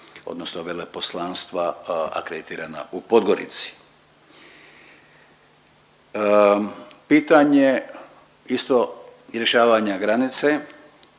odnosno veleposlanstva akreditirana u Podgorici. Pitanje isto rješavanja granice